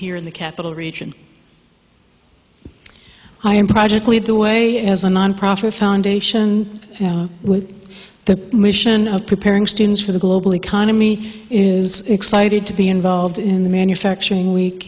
here in the capital region i am project lead the way as a nonprofit foundation with the mission of preparing students for the global economy is excited to be involved in the manufacturing